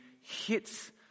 hits